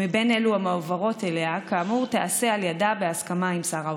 מבין אלו המועברות אליה כאמור תיעשה על ידה בהסכמה עם שר האוצר: